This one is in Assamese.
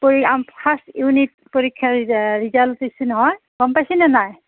ফাৰ্ষ্ট ইউনিত পৰীক্ষাৰ ৰিজা ৰিজাল্ট দিছে নহয় গম পাইছে নে নাই